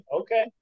Okay